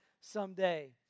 someday